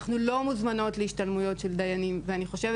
אנחנו לא מוזמנות להשתלמויות של דיינים ואני חושבת